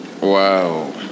Wow